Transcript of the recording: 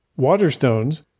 Waterstones